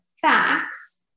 facts